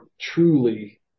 truly